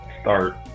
start